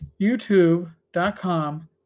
youtube.com